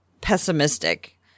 pessimistic